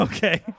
Okay